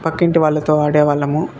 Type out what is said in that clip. పక్కింటి వాళ్ళతో ఆడేవాళ్ళము